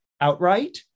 outright